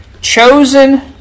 chosen